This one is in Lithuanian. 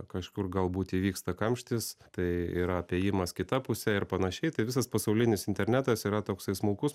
kažkur galbūt įvyksta kamštis tai ir apėjimas kita puse ir panašiai tai visas pasaulinis internetas yra toksai smulkus